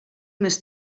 més